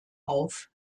auf